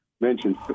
mentioned